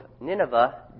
Nineveh